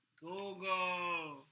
Google